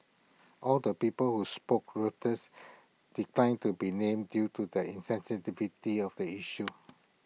all the people who spoke Reuters declined to be named due to the insensitivity of the issue